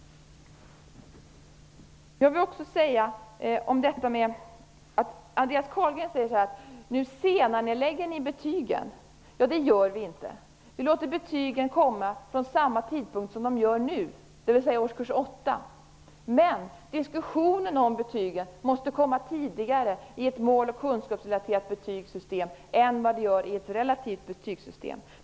Andreas Carlgren säger: Nu senarelägger ni betygen. Det gör vi inte. Vi låter betygen komma från samma tidpunkt som de gör nu, dvs. årskurs 8. Men diskussionen om betygen måste komma tidigare i ett måloch kunskapsrelaterat betygssystem än de gör i ett relativt betygssystem.